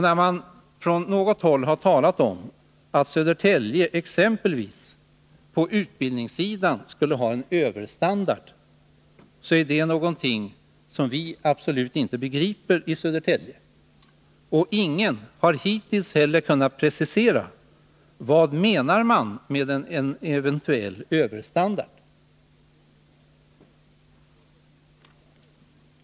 När man från något håll har talat om att Södertälje exempelvis på utbildningssidan skulle ha en överstandard, så är det någonting som vi absolut inte begriper i Södertälje. Ingen har heller hittills kunnat precisera vad man menar med en eventuell överstandard.